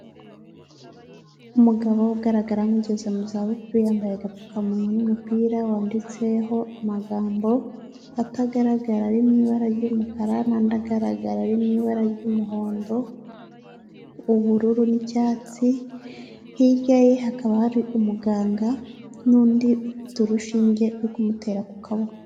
Umugabo ugaragara nk'ugeze mu za bukuru yambaye agapfukamunwa n'umupira wanditseho amagambo atagaragara ari mu ibara ry'umukara n'andi agaragara ari mu ibara ry'umuhondo, ubururu, n'icyatsi, hirya ye hakaba hari umuganga n'undi ufite urushinge uri kumutera ku kaboko.